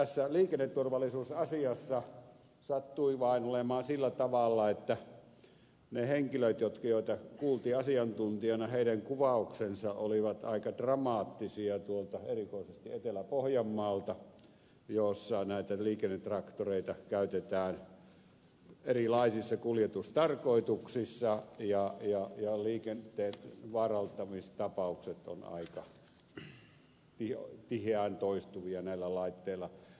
tässä liikenneturvallisuusasiassa sattui vain olemaan sillä tavalla että niiden henkilöiden joita kuultiin asiantuntijoina kuvaukset olivat aika dramaattisia erikoisesti tuolta etelä pohjanmaalta missä näitä liikennetraktoreita käytetään erilaisissa kuljetustarkoituksissa ja liikenteen vaarantamistapaukset ovat aika tiheään toistuvia näillä laitteilla